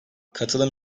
katılım